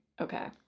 Okay